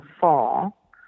fall